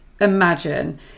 imagine